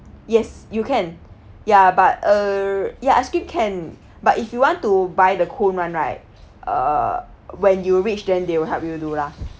yes you can ya but err ya ice cream can but if you want to buy the cone one right uh when you reach then they will help you will do lah